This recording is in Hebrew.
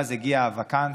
ואז הגיע ה-vacances,